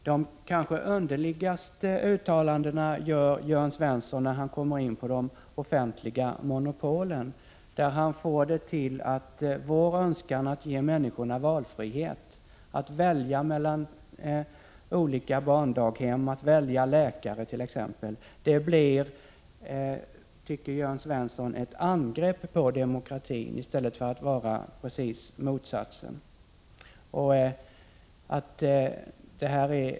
De kanske underligaste uttalandena gör Jörn Svensson när han kommer in på de offentliga monopolen. Vår önskan att ge människorna valfrihet — att välja mellan olika barndaghem, att välja läkare t.ex. — blir, tycker Jörn Svensson, ett angrepp på demokratin i stället för att vara precis motsatsen.